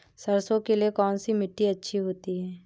सरसो के लिए कौन सी मिट्टी अच्छी होती है?